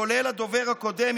כולל הדובר הקודם,